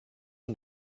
und